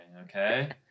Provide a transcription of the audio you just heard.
Okay